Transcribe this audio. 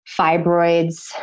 Fibroids